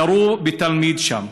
ירו בתלמיד שם